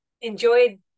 enjoyed